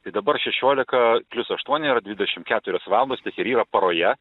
tai dabar šešiolika plius aštuoni yra dvidešimt keturios valandos tiek ir yra paroje